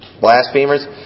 blasphemers